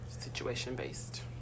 Situation-based